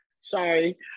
Sorry